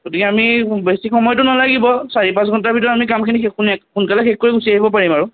গতিকে আমি বেছি সময়তো নালাগিব চাৰি পাঁচ ঘণ্টাৰ ভিতৰত আমি কামখিনি শেষ কৰি সোনকালে শেষ কৰি গুচি আহিব পাৰিম আৰু